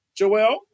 Joelle